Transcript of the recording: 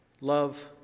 Love